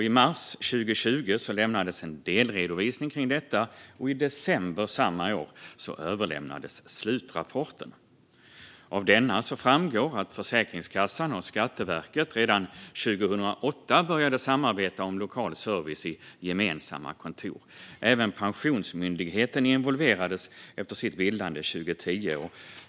I mars 2020 lämnades så en delredovisning om detta, och i december samma år överlämnades slutrapporten. Av denna framgår att Försäkringskassan och Skatteverket redan 2008 började samarbeta om lokal service i gemensamma kontor. Även Pensionsmyndigheten involverades efter sitt bildande 2010.